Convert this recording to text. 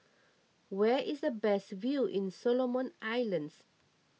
where is the best view in Solomon Islands